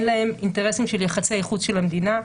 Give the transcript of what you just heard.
אין להם אינטרסים של יחסי חוץ של המדינה,